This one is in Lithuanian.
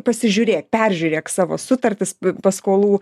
pasižiūrėk peržiūrėk savo sutartis paskolų